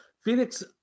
Phoenix